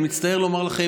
אני מצטער לומר לכם,